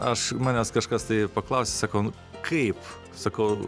aš manęs kažkas tai paklausė sakau nu kaip sakau